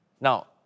Now